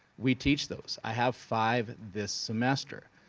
we teach those. i have five this semester.